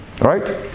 Right